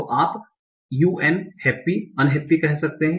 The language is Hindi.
तो आप un happy unhappy कह सकते है